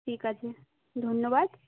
ঠিক আছে ধন্যবাদ